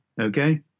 okay